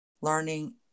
learning